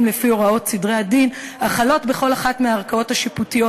לפי הוראות סדרי הדין החלות בכל אחת מהערכאות השיפוטיות,